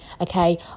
okay